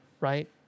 right